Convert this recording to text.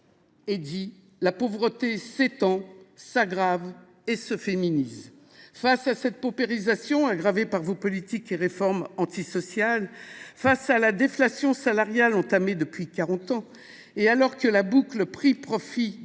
estimé que la pauvreté s’étendait, s’aggravait et se féminisait. Face à cette paupérisation, aggravée par vos politiques et réformes antisociales, face à la déflation salariale qui règne depuis quarante ans, et alors que la boucle prix profit